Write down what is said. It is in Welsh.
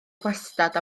gwastad